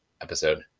episode